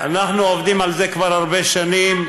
אנחנו עובדים על זה כבר הרבה שנים,